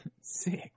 Sick